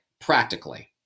practically